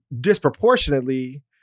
disproportionately